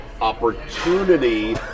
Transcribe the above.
opportunity